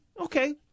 okay